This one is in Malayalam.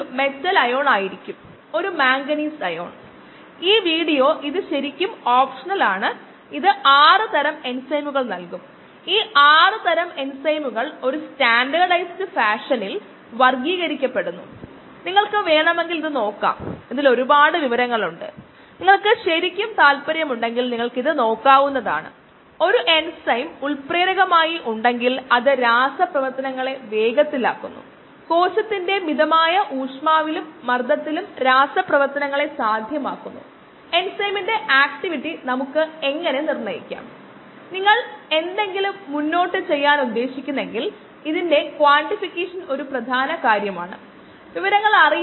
നോൺകോംപ്റ്റിറ്റിവ് കാര്യത്തിൽ vm മാറുന്നു പക്ഷേ K m മാറുന്നില്ല കൂടാതെ അൺകോംപ്റ്റിറ്റിവ് V m ഉം K m ഉം മാറുന്നു